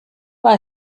war